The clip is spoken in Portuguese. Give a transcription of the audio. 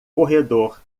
corredor